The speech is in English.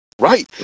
right